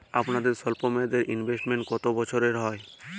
আপনাদের স্বল্পমেয়াদে ইনভেস্টমেন্ট কতো বছরের হয়?